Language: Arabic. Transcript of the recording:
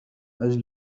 أجل